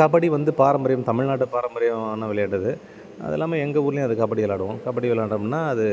கபடி வந்து பாரம்பரியம் தமிழ்நாட்டு பாரம்பரியமான விளையாட்டு அது அதெல்லாமே எங்கள் ஊர்லேயும் அது கபடி விளாடுவோம் கபடி விளையாண்டம்னா அது